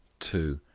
two.